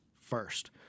first